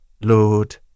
Lord